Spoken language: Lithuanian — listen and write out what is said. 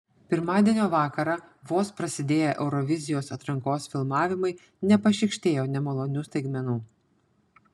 pirmadienio vakarą vos prasidėję eurovizijos atrankos filmavimai nepašykštėjo nemalonių staigmenų